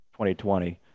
2020